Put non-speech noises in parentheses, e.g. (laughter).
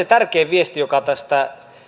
(unintelligible) tärkein viesti joka tästä